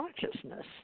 consciousness